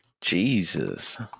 Jesus